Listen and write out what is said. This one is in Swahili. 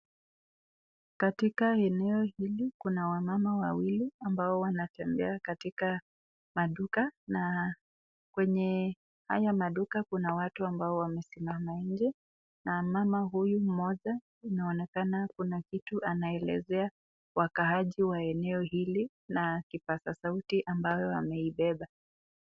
katika eneo hili kuna wamama wawili ambao, wanatembea katika maduka na kwenye haya maduka kuna watu ambao wamesimama nje na mama huyu moja inaonekana kunakitu anaelezea wakaji wa eneo hili na kipasa sauti ambao ameibeba.